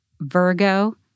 Virgo